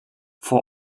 for